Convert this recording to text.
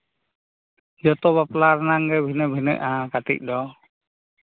ᱡᱚᱛᱚ ᱵᱟᱯᱞᱟ ᱨᱮᱱᱟᱜ ᱜᱮ ᱵᱷᱤᱱᱟᱹ ᱵᱷᱤᱱᱟᱹᱜᱼᱟ ᱠᱟᱹᱴᱤᱡ ᱫᱚ